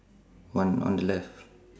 one on the left